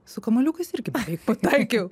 su kamuoliukais ir gerai pataikiau